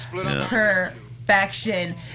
perfection